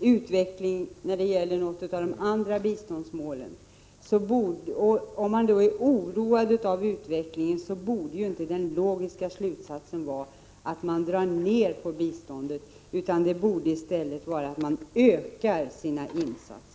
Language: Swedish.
utveckling enligt något av de andra biståndsmålen — och då är oroad av utvecklingen — borde inte den logiska slutsatsen vara att man drar ned på biståndet utan den borde i stället vara att man ökar sina insatser.